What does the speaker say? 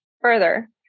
further